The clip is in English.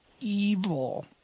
evil